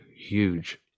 huge